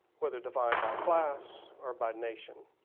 whether defined by class or by nation.